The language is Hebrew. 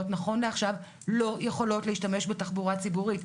נכון לעכשיו לא יכולות להשתמש בתחבורה הציבורית.